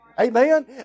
Amen